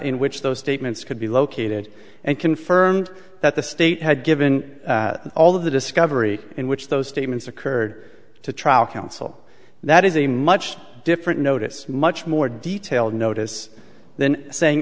in which those statements could be located and confirmed that the state had given all of the discovery in which those statements occurred to trial counsel that is a much different notice much more detailed notice then saying